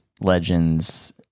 legends